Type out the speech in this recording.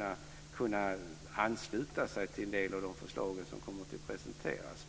att kunna ansluta sig till en del av de förslag som kommer att presenteras.